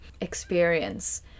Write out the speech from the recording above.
experience